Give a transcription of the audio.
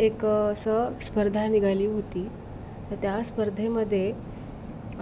एक असं स्पर्धा निघाली होती तर त्या स्पर्धेमध्ये